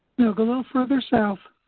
go go further south